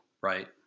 Right